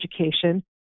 education